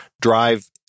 drive